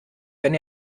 wenn